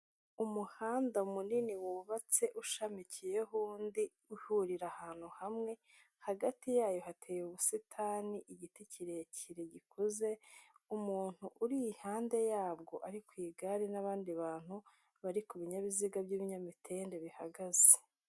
Umuhanda munini wubatse ushamikiyeho undi uhurira ahantu hamwe, hagati yayo hateye ubusitani igiti kirekire gikuze, umuntu uri iruhande yabwo uri ku igare n'abandi bantu bari ku binyabiziga by'ibinyamitende bihagaze.